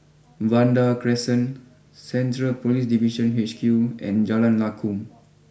Vanda Crescent Central police Division H Q and Jalan Lakum